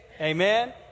amen